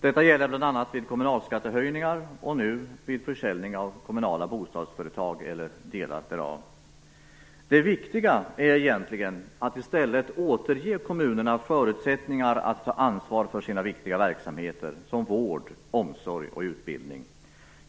Detta gäller bl.a. vid kommunalskattehöjningar och nu vid försäljning av kommunala bostadsföretag eller delar därav. Det viktiga är egentligen att i stället återge kommunerna förutsättningar för att ta ansvar för sina viktiga verksamheter som vård, omsorg och utbildning.